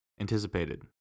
anticipated